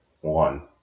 One